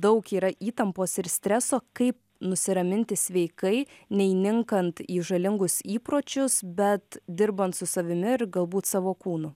daug yra įtampos ir streso kaip nusiraminti sveikai neįninkant į žalingus įpročius bet dirbant su savimi ir galbūt savo kūnu